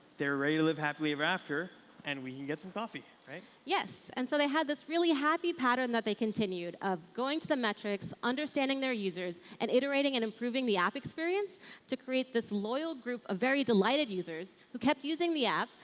they're ready to live happily ever after and we can get some coffee. right? megha bangalore yes. and so they had this really happy pattern that they continued of going to the metrics, understanding their users, and iterating and improving the app experience to create this loyal group of very delighted users who kept using the app.